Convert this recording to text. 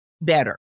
better